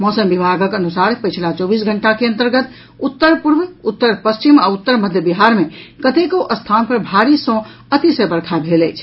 मौसम विभागक अनुसार पछिला चौबीस घंटा के अंतर्गत उत्तर पूर्व उत्तर पश्चिम आ उत्तर मध्य बिहार मे कतेको स्थान पर भारी सँ अतिशय वर्षा भेल अछि